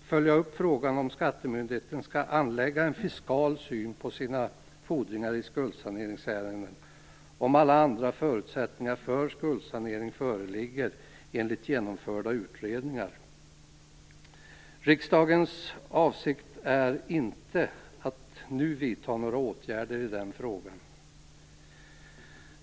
följa upp frågan om skattemyndigheten skall anlägga en fiskal syn på sina fordringar i skuldsaneringsärenden om alla andra förutsättningar för skuldsanering föreligger enligt genomförda utredningar. Riksdagens avsikt är inte att nu vidta några åtgärder i den frågan.